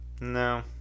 No